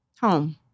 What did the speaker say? Home